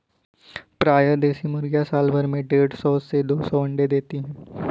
प्रायः देशी मुर्गियाँ साल भर में देढ़ सौ से दो सौ अण्डे देती है